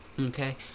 Okay